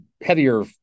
heavier